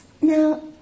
Now